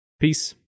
Peace